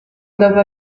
dopo